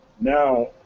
Now